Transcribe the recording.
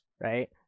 Right